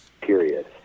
period